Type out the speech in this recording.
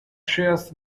shares